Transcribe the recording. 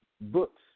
books